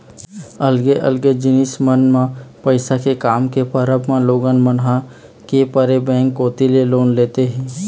अलगे अलगे जिनिस मन म पइसा के काम के परब म लोगन मन ह के परे बेंक कोती ले लोन लेथे ही